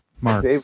Mark